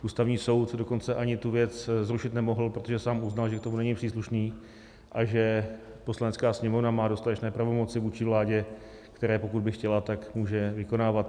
Ústavní soud dokonce ani tu věc zrušit nemohl, protože sám uznal, že k tomu není příslušný a že Poslanecká sněmovna má dostatečné pravomoci vůči vládě, které pokud by chtěla, tak může vykonávat.